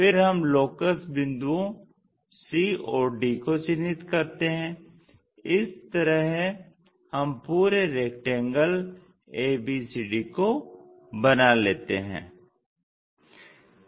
फिर हम लोकस बिंदुओं c और d को चिन्हित करते हैं इस तरह हम पूरे रेक्टेंगल abcd को बना लेते हैं